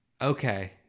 okay